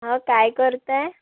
हं काय करताय